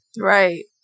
Right